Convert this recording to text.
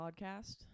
podcast